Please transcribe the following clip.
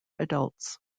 adults